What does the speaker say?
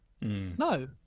No